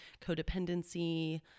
codependency